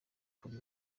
kuri